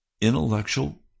intellectual